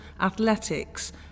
athletics